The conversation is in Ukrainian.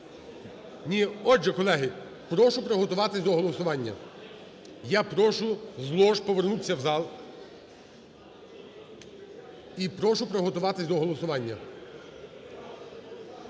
Ні. Отже, колеги, прошу приготуватись до голосування. Я прошу з лож повернутися в зал і прошу приготуватись до голосування.